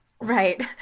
right